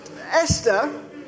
Esther